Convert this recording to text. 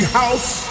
house